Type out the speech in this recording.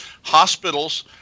hospitals